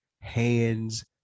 hands